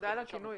תודה על הכינוי.